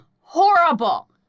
horrible